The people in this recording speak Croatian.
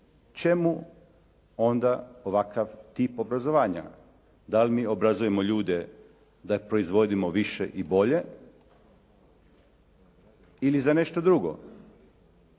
čemu onda ovakav tip obrazovanja? Da li mi obrazujemo ljude da proizvodimo više i bolje ili za nešto drugo?